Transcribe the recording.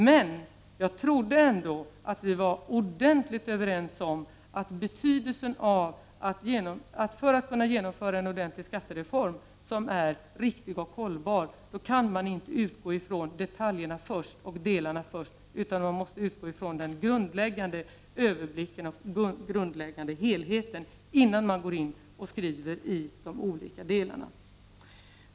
Men jag trodde att vi var ordentligt överens om att man, om man skall genomföra en ordentlig skattereform, som är riktig och hållbar, inte kan utgå från detaljerna och delarna först, utan man måste utgå från den grundläggande överblicken, från den grundläggande helheten innan man skriver de olika delarna.